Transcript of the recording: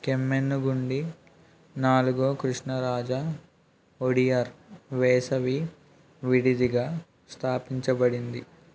కెమ్మణ్ణుగుండి నాలుగో కృష్ణరాజ ఒడియార్ వేసవి విడిదిగా స్థాపించబడింది